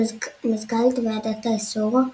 מזכ"לית ועדת העשור,